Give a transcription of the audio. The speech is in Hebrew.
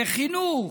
לחינוך,